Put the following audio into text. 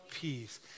Peace